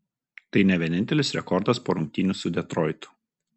tai ne vienintelis rekordas po rungtynių su detroitu